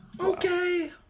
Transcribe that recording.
Okay